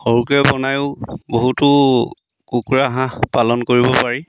সৰুকৈ বনায়ো বহুতো কুকুৰা হাঁহ পালন কৰিব পাৰি